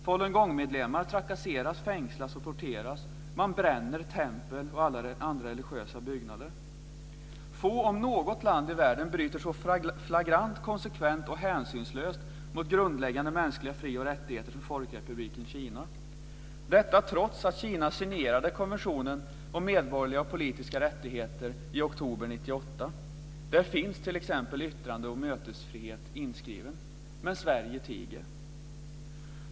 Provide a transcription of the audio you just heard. Falungongmedlemmar trakasseras, fängslas och torteras. Man bränner tempel och andra religiösa byggnader. Få länder, om något land i världen, bryter så flagrant, konsekvent och hänsynslöst mot grundläggande mänskliga fri och rättigheter som folkrepubliken Kina, och detta trots att Kina signerade konventionen om medborgerliga och politiska rättigheter i oktober 1998. Där finns t.ex. yttrande och mötesfrihet inskriven. Men Sverige tiger.